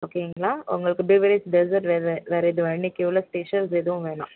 ஓகேங்களா உங்களுக்கு beverage dessert வேறு வேறு எதுவும் இன்றைக்கு உள்ள ஸ்பெஷல்ஸ் எதுவும் வேணாம்